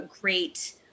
great